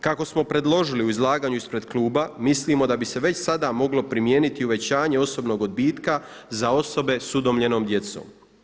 Kako smo predložili u izlaganju ispred kluba, mislimo da bi se već sada moglo primijeniti uvećanje osobnog odbitka za osobe s udomljenom djecom.